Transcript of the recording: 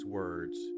words